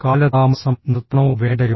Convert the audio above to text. കാലതാമസം നിർത്തണോ വേണ്ടയോ